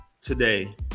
today